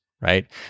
right